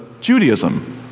Judaism